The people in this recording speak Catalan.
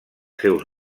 seus